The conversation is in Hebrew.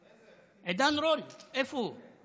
עידן רול, איפה הוא?